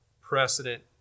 precedent